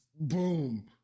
Boom